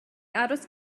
aros